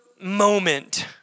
moment